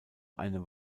eine